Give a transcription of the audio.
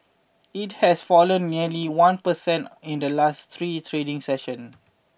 it has fallen nearly one per cent in the last three trading sessions